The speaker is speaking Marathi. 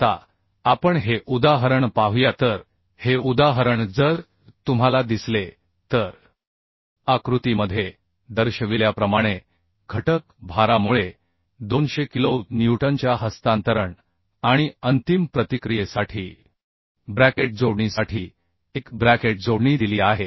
आता आपण हे उदाहरण पाहूया तर हे उदाहरण जर तुम्हाला दिसले तर आकृतीमध्ये दर्शविल्याप्रमाणे घटक भारामुळे 200 किलो न्यूटनच्या हस्तांतरण आणि अंतिम प्रतिक्रियेसाठी ब्रॅकेट जोडणीसाठी एक ब्रॅकेट जोडणी दिली आहे